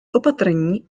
opatrní